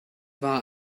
war